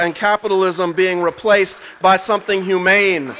and capitalism being replaced by something humane